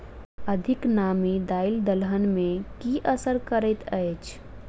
अधिक नामी दालि दलहन मे की असर करैत अछि?